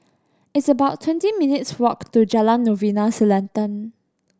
it's about twenty minutes' walk to Jalan Novena Selatan